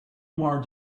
more